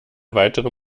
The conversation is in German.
weitere